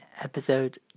episode